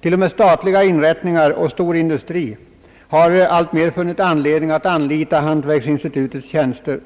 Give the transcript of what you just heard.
Till och med statliga inrättningar och storindustri har alltmer funnit anledning att anlita hantverksinstitutets tjänster.